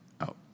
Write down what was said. out